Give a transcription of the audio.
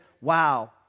wow